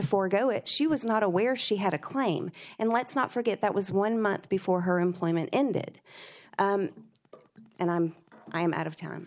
forgo it she was not aware she had a claim and let's not forget that was one month before her employment ended and i am out of time